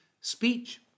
speech